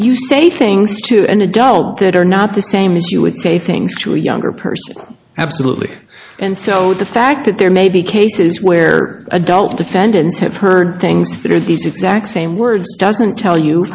you say things to an adult that are not the same as you would say things to a younger person absolutely and so the fact that there may be cases where adult defendants have heard things through these exact same words doesn't tell you